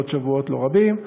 בעוד שבועות לא רבים,